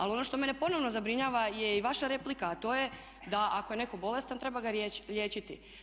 Ali ono što mene ponovno zabrinjava je i vaša replika, a to je da ako je netko bolestan treba ga liječiti.